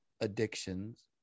addictions